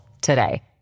today